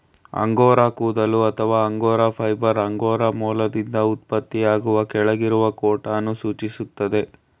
angora ಕೂದಲು ಅಥವಾ angora fibre angora ಮೊಲದಿಂದ ಉತ್ಪತ್ತಿಯಾಗುವ ಕೆಳಗಿರುವ ಕೋಟನ್ನು ಸೂಚಿಸ್ತದೆ